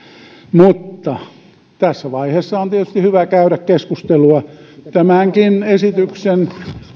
mutta tässä vaiheessa on tietysti hyvä käydä keskustelua tämänkin esityksen